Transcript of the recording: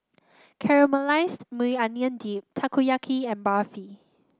Caramelized Maui Onion Dip Takoyaki and Barfi